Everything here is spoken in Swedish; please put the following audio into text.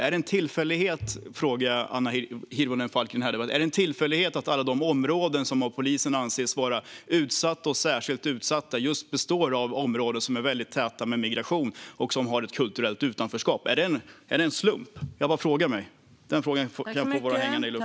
Är det en tillfällighet, Annika Hirvonen Falk, att alla de områden som av polisen anses vara utsatta och särskilt utsatta utgörs av områden där många människor som migrerat bor och där det kulturella utanförskapet är stort? Är detta en slump?